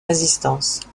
résistances